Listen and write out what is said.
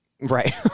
Right